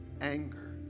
anger